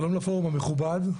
שלום לפורום המכובד,